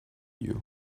you